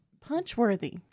punch-worthy